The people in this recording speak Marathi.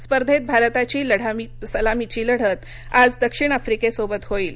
स्पर्धेत भारताची सलामीची लढत आज दक्षिण आफ्रिकेसोबत होईल